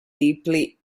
deeply